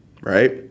Right